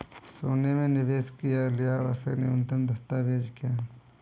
सोने में निवेश के लिए आवश्यक न्यूनतम दस्तावेज़ क्या हैं?